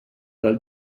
del